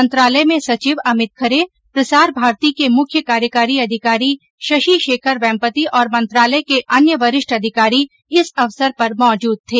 मंत्रालय में सचिव अमित खरे प्रसार भारती के मुख्य कार्यकारी अधिकारी शशिशेखर वेम्पटि और मंत्रालय के अन्य वरिष्ठ अधिकारी इस अवसर पर मौजूद थे